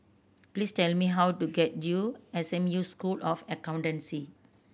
please tell me how to get to S M U School of Accountancy